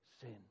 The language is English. sin